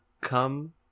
come